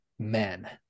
men